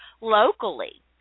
locally